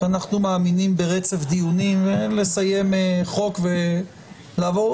אנחנו מאמינים ברצף דיונים, לסיים חוק ולעבור.